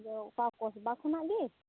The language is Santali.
ᱟᱫᱚ ᱚᱠᱟ ᱠᱚᱥᱵᱟ ᱠᱷᱚᱱᱟᱜ ᱜᱮ